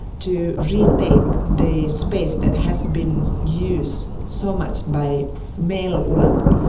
to retake the space that has been used so much by male ulama.